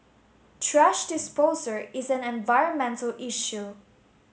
thrash disposal is an environmental issue